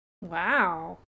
Wow